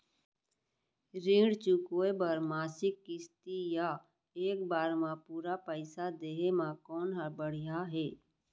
ऋण चुकोय बर मासिक किस्ती या एक बार म पूरा पइसा देहे म कोन ह बढ़िया हे?